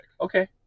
Okay